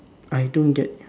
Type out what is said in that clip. I don't get you